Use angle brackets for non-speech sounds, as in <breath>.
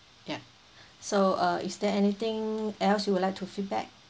ya <breath> so uh is there anything else you would like to feedback